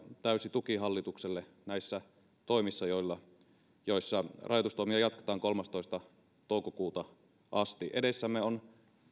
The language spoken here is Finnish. täysi tuki hallitukselle näissä toimissa kun rajoitustoimia jatketaan kolmastoista toukokuuta asti edessämme on